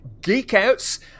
geek-outs